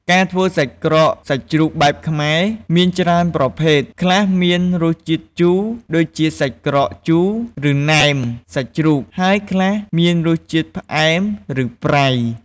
ការធ្វើសាច់ក្រកសាច់ជ្រូកបែបខ្មែរ មានច្រើនប្រភេទ ខ្លះមានរសជាតិជូរ ដូចជាសាច់ក្រកជូរ ឬណែមសាច់ជ្រូក ហើយខ្លះមានរសជាតិផ្អែម ឬប្រៃ។